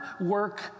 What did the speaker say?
work